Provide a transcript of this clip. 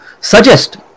suggest